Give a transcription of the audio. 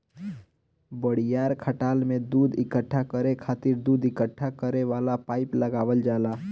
बड़ियार खटाल में दूध इकट्ठा करे खातिर दूध इकट्ठा करे वाला पाइप लगावल जाला